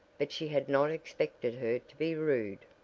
but she had not expected her to be rude.